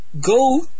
go